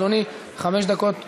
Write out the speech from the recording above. אדוני, חמש דקות לרשותך,